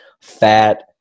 fat